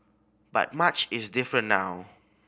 but much is different now